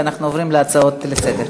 ואז אנחנו עוברים להצעות לסדר-היום.